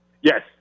Yes